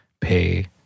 pay